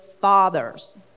fathers